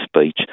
speech